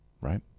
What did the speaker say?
right